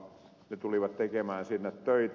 he tulivat tekemään sinne töitä